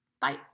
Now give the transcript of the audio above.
Bye